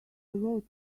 wrote